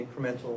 incremental